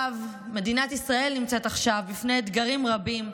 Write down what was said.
מדינת ישראל נמצאת עכשיו בפני אתגרים רבים,